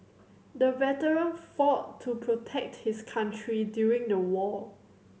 the veteran fought to protect his country during the war